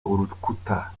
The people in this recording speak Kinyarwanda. urukuta